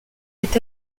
est